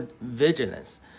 vigilance